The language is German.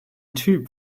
typ